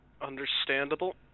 understandable